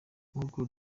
nk’uko